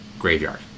graveyard